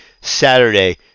Saturday